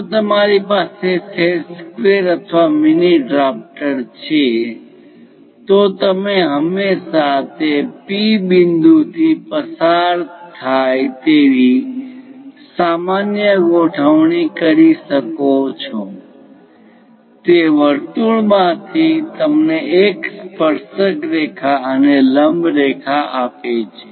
જો તમારી પાસે સેટ સ્ક્વેર અથવા મીની ડ્રાફ્ટર છે તો તમે હંમેશા તે P બિંદુ થી પસાર થાય તેવી સામાન્ય ગોઠવણી કરી શકો છો તે વર્તુળમાંથી તમને એક સ્પર્શક રેખા અને લંબ રેખા આપે છે